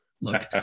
Look